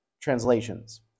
translations